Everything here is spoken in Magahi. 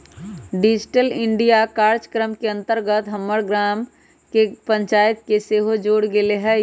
डिजिटल इंडिया काजक्रम के अंतर्गत हमर गाम के ग्राम पञ्चाइत के सेहो जोड़ल गेल हइ